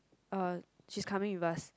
uh she's coming with us